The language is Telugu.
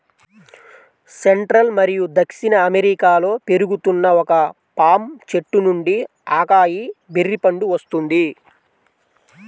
సెంట్రల్ మరియు దక్షిణ అమెరికాలో పెరుగుతున్న ఒక పామ్ చెట్టు నుండి అకాయ్ బెర్రీ పండు వస్తుంది